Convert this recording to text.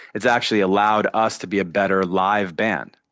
it's actually allowed us to be a better live band.